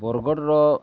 ବରଗଡ଼୍ର